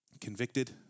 convicted